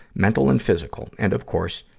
mental and physical. and, of course,